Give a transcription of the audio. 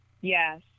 Yes